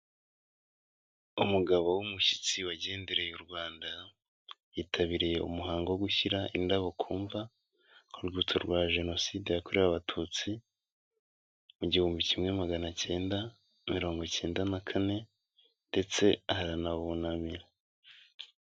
Umugabo w'umushyitsi wagendereye u Rwanda, yitabiriye umuhango wo gushyira indabo ku mva, ku rwibutso rwa Jenocide yakorewe abatutsi, mu gihumbi kimwe magana cyenda, mirongo icyenda na kane ndetse aranawunamira.